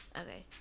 Okay